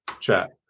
chat